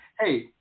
Hey